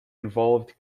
involved